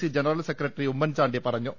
C general secretary Oommen Chandy പറഞ്ഞു